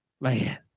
man